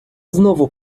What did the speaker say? знову